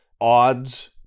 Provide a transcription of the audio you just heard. odds